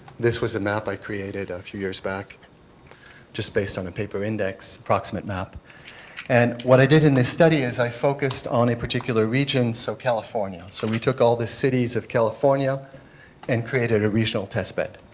this was a map i created a few years back just based on the paper index approximate map and what i did in this study is i focused on a particular regions of so california so we took all the cities of california and created a regional test bed.